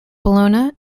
bologna